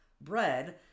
bread